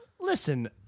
Listen